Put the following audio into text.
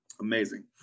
Amazing